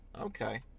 Okay